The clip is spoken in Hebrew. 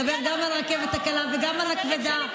נדבר על הרכבת הקלה וגם על הכבדה, ספרי על הרכבת.